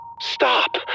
Stop